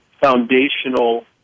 foundational